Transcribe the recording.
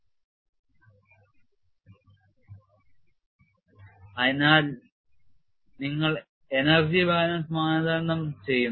Criteria based on Energy Release rate അതിനാൽ നിങ്ങൾ energy balance മാനദണ്ഡം ചെയ്യുന്നു